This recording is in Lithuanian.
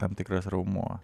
tam tikras raumuo